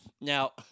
Now